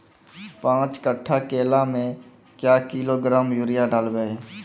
पाँच कट्ठा केला मे क्या किलोग्राम यूरिया डलवा?